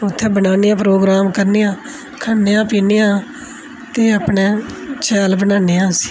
उत्थै बनान्ने आं प्रोग्राम करने आं खन्ने आं पीन्ने आं ते अपनै शैल बनान्ने आं अस